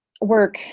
work